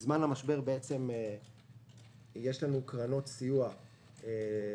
בזמן המשבר יש לנו קרנות סיוע בערבות